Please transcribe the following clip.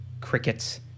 Crickets